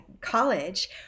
college